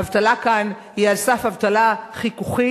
האבטלה כאן היא על סף אבטלה חיכוכית.